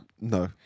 No